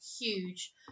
huge